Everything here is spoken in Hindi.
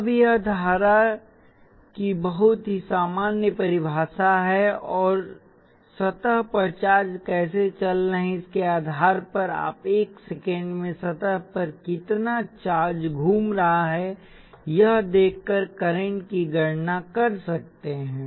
अब यह धारा की बहुत ही सामान्य परिभाषा है और सतह पर चार्ज कैसे चल रहे हैं इसके आधार पर आप 1 सेकंड में सतह पर कितना चार्ज घूम रहा है यह देखकर करंट की गणना कर सकते हैं